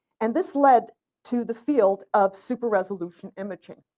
and this led to the field of superresolution imaging.